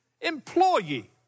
employee